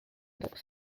looks